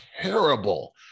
terrible